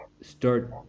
start